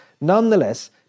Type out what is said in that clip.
Nonetheless